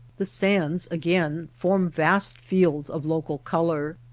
the sands, again, form vast fields of local color,